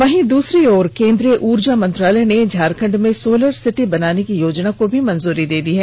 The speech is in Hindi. वहीं दूसरी ओर केन्द्रीय उर्जा मंत्रालय ने झारखंड में सोलर सिटी बनाने की योजना को मंजूरी दे दी है